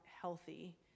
healthy